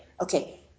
Okay